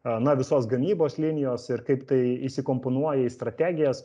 a na visos gamybos linijos ir kaip tai įsikomponuoja į strategijas